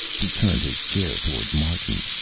he turned his chair toward martin.